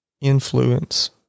influence